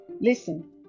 Listen